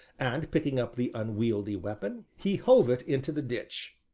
and, picking up the unwieldy weapon, he hove it into the ditch.